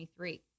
2023